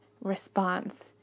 response